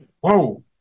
whoa